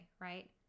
right